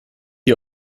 ihr